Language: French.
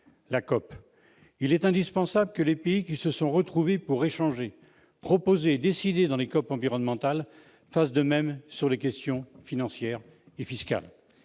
les COP. Il est indispensable que les pays qui se sont retrouvés pour échanger, proposer et décider dans les COP environnementales fassent de même sur les questions financières et fiscales.